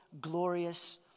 glorious